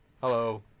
Hello